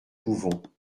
pouvons